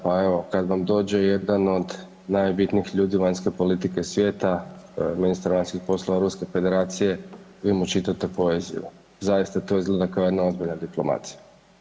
Pa evo, kad vam dođe jedan od najbitnijih ljudi vanjske politike svijeta ministar vanjskih poslova Europske federacije vi mu čitate poeziju, zaista to izgleda kao jedna ozbiljna diplomacija.